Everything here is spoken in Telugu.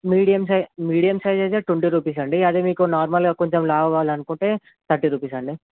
మీడియం సై మీడియం సైజ్ అయితే ట్వంటీ రూపీస్ అండి అది మీకు నార్మల్గా కొంచెం లావు కావాలనుకుంటే థర్టీ రూపీస్ అండి